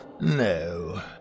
No